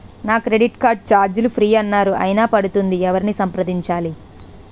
నా credit card ఛార్జీలు free అన్నారు అయినా పడుతుంది ఎవరిని సంప్రదించాలి?